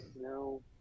No